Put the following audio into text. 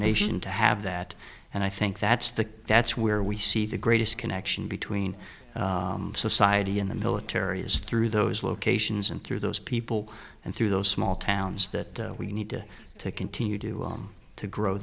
nation to have that and i think that's the that's where we see the greatest connection between society and the military is through those locations and through those people and through those small towns that we need to continue do to grow